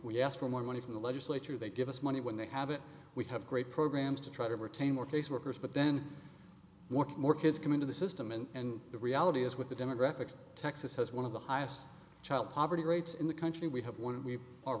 we ask for more money from the legislature they give us money when they have it we have great programs to try to retain more caseworkers but then what more kids come into the system and the reality is with the demographics texas has one of the highest child poverty rates in the country we have one and we are